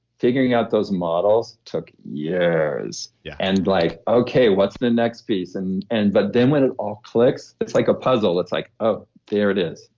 figuring out those models took yeah years yeah and like, okay, what's the next piece? and and but then when it all clicks, it's like a puzzle. it's like, oh there it is.